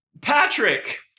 Patrick